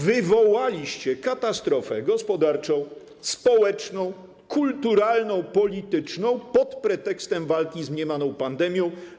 Wywołaliście katastrofę gospodarczą, społeczną, kulturalną, polityczną pod pretekstem walki z mniemaną pandemią.